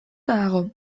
dago